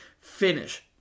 finish